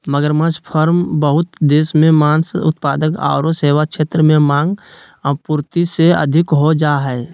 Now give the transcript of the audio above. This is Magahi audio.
मगरमच्छ फार्म बहुत देश मे मांस उत्पाद आरो सेवा क्षेत्र में मांग, आपूर्ति से अधिक हो जा हई